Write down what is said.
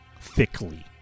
thickly